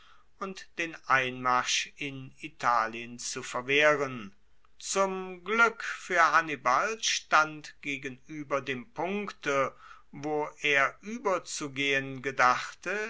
und den einmarsch in italien zu verwehren zum glueck fuer hannibal stand gegenueber dem punkte wo er ueberzugehen gedachte